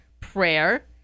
prayer